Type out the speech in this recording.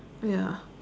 ya